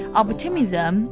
optimism